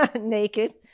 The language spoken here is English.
naked